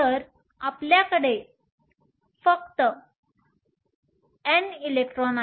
तर आपल्याकडे फक्त N इलेक्ट्रॉन आहेत